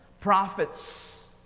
Prophets